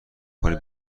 کنی